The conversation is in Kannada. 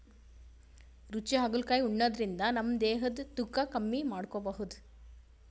ರುಚಿ ಹಾಗಲಕಾಯಿ ಉಣಾದ್ರಿನ್ದ ನಮ್ ದೇಹದ್ದ್ ತೂಕಾ ಕಮ್ಮಿ ಮಾಡ್ಕೊಬಹುದ್